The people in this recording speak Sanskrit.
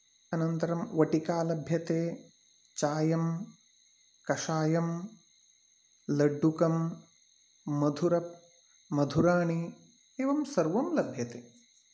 अनन्तरं वटिका लभ्यते चायं कषायं लड्डुकं मधुर् मधुराणि एवं सर्वं लभ्यते